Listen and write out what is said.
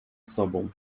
sobą